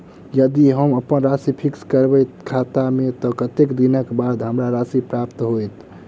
यदि हम अप्पन राशि फिक्स करबै खाता मे तऽ कत्तेक दिनक बाद हमरा राशि प्राप्त होइत?